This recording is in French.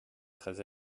très